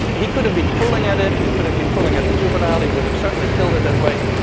and he could have been pulling at it, he could have been pulling at the juvenile, he would have certainly killed it that way,